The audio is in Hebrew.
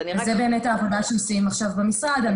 זאת באמת העבודה שעושים עכשיו במשרד.